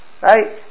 right